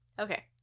Okay